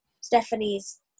Stephanie's